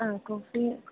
ആ കോഫി